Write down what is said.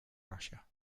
russia